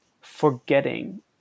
forgetting